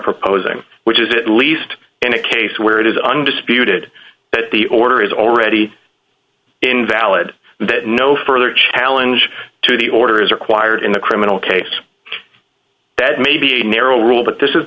proposing which is it least in a case where it is undisputed that the order is already invalid that no further challenge to the order is required in the criminal case that may be a narrow rule but this is